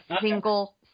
single